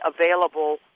available